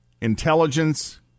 intelligence